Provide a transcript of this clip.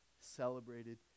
celebrated